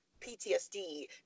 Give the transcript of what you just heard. PTSD